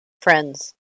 friends